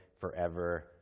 forever